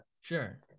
sure